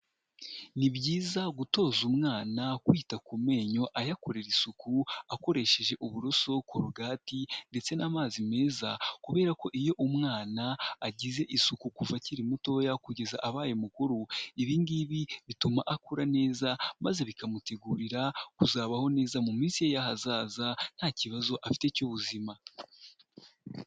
Ni byiza gutoza umwana kwita ku menyo ayakorera isuku, akoresheje uburoso, korogati ndetse n'amazi meza, kubera ko iyo umwana agize isuku kuva akiri mutoya kugeza abaye mukuru, ibi ngibi bituma akura neza maze bikamutegurira kuzabaho neza mu minsi y'ahazaza, nta kibazo afite cy'ubuzima.